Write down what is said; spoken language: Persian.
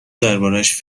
دربارش